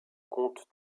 contre